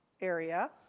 area